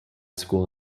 school